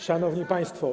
Szanowni Państwo!